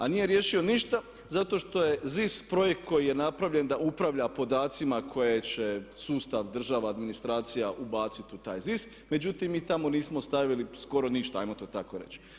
A nije riješio ništa zato što je ZIS projekt koji je napravljen da upravlja podacima koje će sustav, država, administracija ubaciti u taj ZIS, međutim, mi tamo nismo stavili skoro ništa ajmo to tako reći.